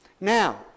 Now